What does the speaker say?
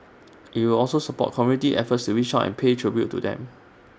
IT will also support community efforts to reach out and pay tribute to them